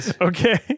Okay